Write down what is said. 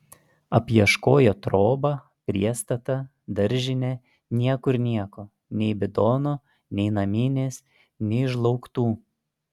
apieškojo trobą priestatą daržinę niekur nieko nei bidono nei naminės nei žlaugtų